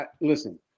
Listen